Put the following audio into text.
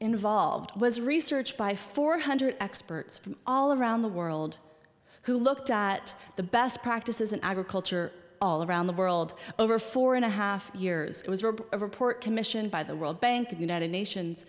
involved was research by four hundred experts from all around the world who looked at the best practices in agriculture all around the world over four and a half years it was a report commissioned by the world bank the united nations